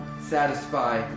satisfy